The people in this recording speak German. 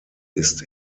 ist